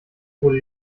wurde